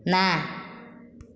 ନା